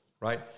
right